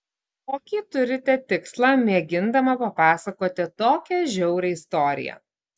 kokį turite tikslą mėgindama papasakoti tokią žiaurią istoriją